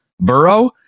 Burrow